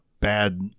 bad